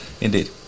indeed